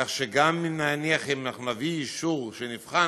כך שגם אם, נניח, אם אנחנו נביא אישור שנבחן,